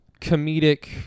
comedic